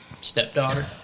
stepdaughter